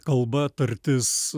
kalba tartis